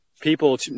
people